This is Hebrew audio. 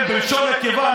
בלשון נקבה.